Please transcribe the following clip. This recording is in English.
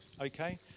okay